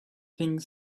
think